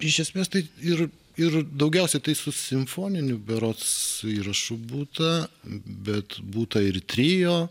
iš esmės tai ir ir daugiausia tai su simfoniniu berods įrašų būta bet būta ir trio